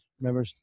remember